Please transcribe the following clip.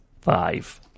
five